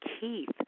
Keith